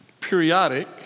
periodic